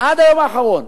עד היום האחרון.